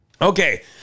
Okay